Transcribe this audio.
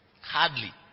Hardly